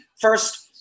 first